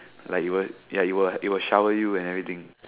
like it will like it will it will shower you and everything